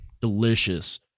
delicious